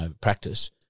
practice